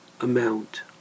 amount